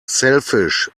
selfish